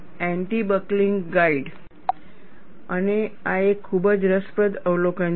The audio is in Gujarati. એન્ટિ બકલિંગ ગાઈડ અને આ એક ખૂબ જ રસપ્રદ અવલોકન છે